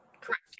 Correct